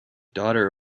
daughter